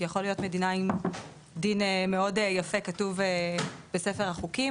כי יכול להיות מדינה עם דין מאוד יפה כתוב בספר החוקים,